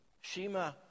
Shema